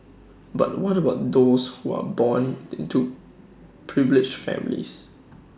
but what about those who are born into privileged families